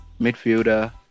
midfielder